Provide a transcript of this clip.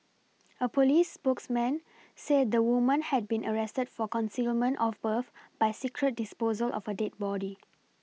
a police spokesman said the woman had been arrested for concealment of birth by secret disposal of a dead body